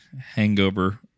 hangover